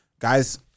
Guys